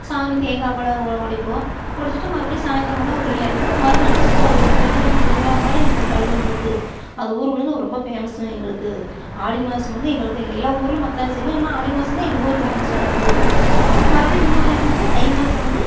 சாமி தேங்காய் பழம் ஒ உடைப்போம் உடைச்சிட்டு மறுபடியும் சாய்ந்தரம் ஆனால் ஒரு கடையில் இறங்கிக்குவோம் மறுநாளும் சுற்றுவோம் அது ஒரு திருவில்லா திருவிழா மாதிரி நாங்கள் கொண்டாடுவோம் எங்களுக்கு அது ஊர் உள்ள வந்து ரொம்ப ஃபேமஸ்ஸு எங்களுக்கு ஆடி மாதம் வந்து எங்களுக்கு எல்லா ஊர்லேயும் மற்ற நாள் செய்வாங்க ஏன்னா ஆடி மாதம் தான் எங்கள் ஊர் ஃபேமஸான இது அப்புறம் மறுபடியும் இன்னொரு இது வந்து தை மாதம் வந்து